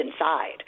inside